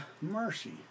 Mercy